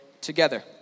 together